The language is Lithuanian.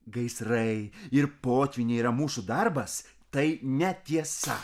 gaisrai ir potvyniai yra mūsų darbas tai netiesa